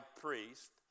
priest